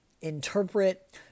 interpret